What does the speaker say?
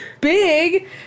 big